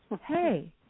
hey